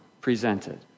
presented